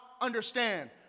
understand